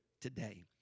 today